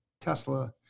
tesla